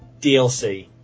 DLC